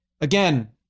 again